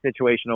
situational